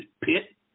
pit